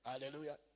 Hallelujah